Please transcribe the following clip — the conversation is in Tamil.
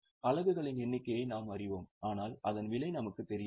எனவே அலகுகளின் எண்ணிக்கையை நாம் அறிவோம் ஆனால் அதன் விலை நமக்கு தெரியாது